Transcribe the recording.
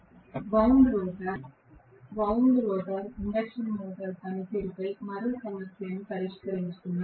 slide సమయం చూడండి 2604 wound rotor induction motor పనితీరుపై మరో సమస్యను పరిష్కరించుకుందాం